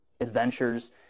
adventures